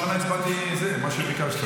אני פעם ראשונה הצבעתי מה שביקשת.